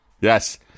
Yes